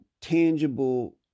tangible